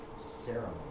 ceremony